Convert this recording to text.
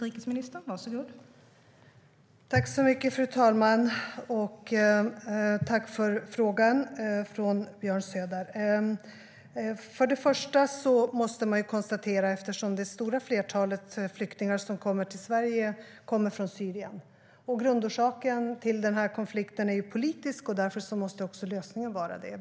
Fru talman! Tack för frågan, Björn Söder! Det stora flertalet flyktingar som kommer till Sverige kommer från Syrien. Vi kan konstatera att grundorsaken till den här konflikten är politisk, och därför måste också lösningen vara det.